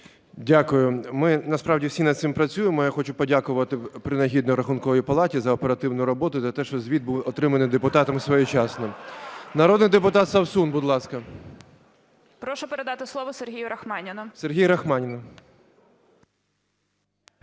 Дякую. Ми насправді всі над цим працюємо. Я хочу подякувати принагідно Рахунковій палаті за оперативну роботу і за те, що звіт був отриманий депутатами своєчасно. Народний депутат Совсун, будь ласка. 11:08:13 СОВСУН І.Р. Прошу передати слово Сергію Рахманіну.